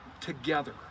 together